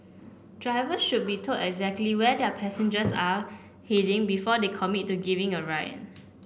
drivers should be told exactly where their passengers are heading before they commit to giving a ride